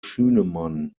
schünemann